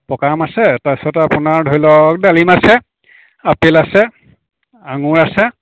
পকা আম আছে তাৰপিছত আপোনাৰ ধৰি লওক ডালিম আছে আপেল আছে আঙুৰ আছে